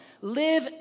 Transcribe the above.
Live